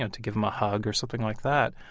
and to give him a hug or something like that.